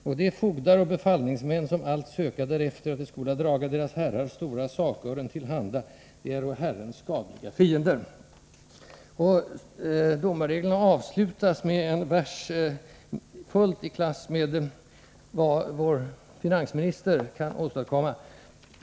Och de fogdar och befallningsmän, som allt söka därefter, att de skola draga deras herrar stora sakören till handa, de äro herrens skadliga fiender.” Domarreglerna avslutas med en vers, fullt i klass med vad vår finansminister kan åstadkomma.